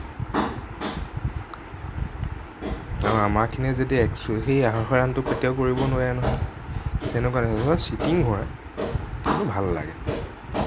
আৰু আমাৰখিনিয়ে যদি এক্সোৱেলি সেই আঢ়ৈশ ৰানটো কেতিয়াও কৰিব নোৱাৰে নহয় তেনেকুৱা ধৰণৰ মানে ছিটিং হয় কিন্তু ভাল লাগে